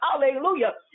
hallelujah